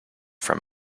from